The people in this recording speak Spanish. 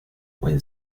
buen